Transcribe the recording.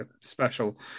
special